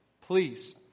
Please